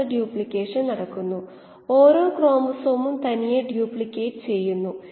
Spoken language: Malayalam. അത് ചെയ്യുന്നതിന് സെൽ പ്രൊഡക്റ്റിവിറ്റി എന്താണെന്ന് നമുക്ക് നോക്കാം